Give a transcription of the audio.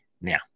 now